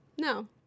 No